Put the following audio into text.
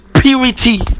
purity